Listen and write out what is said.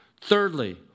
Thirdly